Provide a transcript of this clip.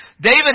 David